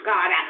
God